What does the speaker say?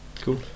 cool